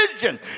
vision